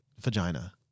vagina